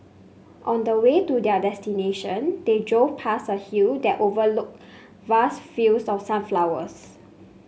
on the way to their destination they drove past a hill that overlooked vast fields of sunflowers